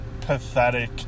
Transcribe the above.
pathetic